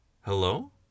Hello